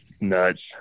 nuts